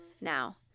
now